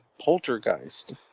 Poltergeist